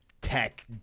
tech